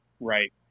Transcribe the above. Right